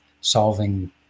solving